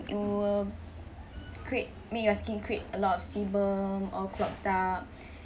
it will create make your skin create a lot of sebum or clogged up